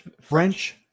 French